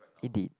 indeed